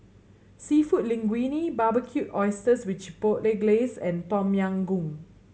Seafood Linguine Barbecued Oysters with Chipotle Glaze and Tom Yam Goong